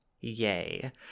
yay